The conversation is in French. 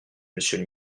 monsieur